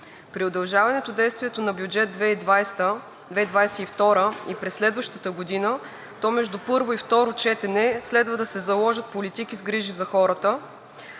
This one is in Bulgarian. При удължаване действието на бюджет 2022 г. и през следващата година, то между първо и второ четене следва да се заложат политики с грижи за хората.